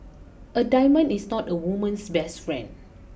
a diamond is not a woman's best friend